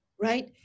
right